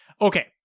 Okay